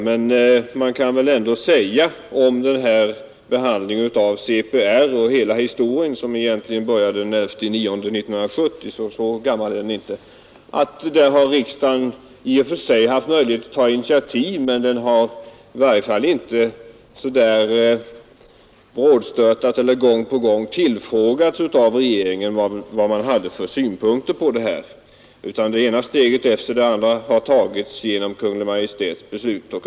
Men man kan väl ändå säga om behandlingen av CPR och hela denna historia, som egentligen började den 11 september 1970 — så värst gammal är den alltså inte — att riksdagen visserligen har haft möjligheter att ta del av behandlingen men att regeringen ingalunda varit angelägen att fråga vilka synpunkter riksdagen har. Det ena steget efter det andra har tagits genom Kungl. Maj:ts beslut.